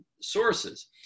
sources